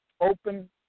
Open